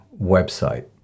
website